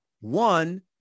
one